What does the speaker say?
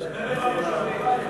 לא שומעים.